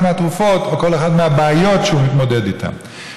מהתרופות או כל אחת מהבעיות שהוא מתמודד איתן.